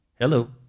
hello